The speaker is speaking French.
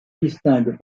distingue